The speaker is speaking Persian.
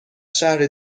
شهر